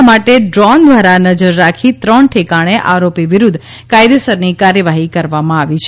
આ માટે ડ્રોન દ્વારા નજર રાખી ત્રણ ઠેકાણે આરોપી વિરુદ્ધ કાયદેસરની કાર્યવાહી કરવામાં આવી છે